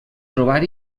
trobar